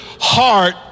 heart